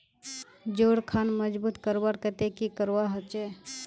जोड़ खान मजबूत करवार केते की करवा होचए?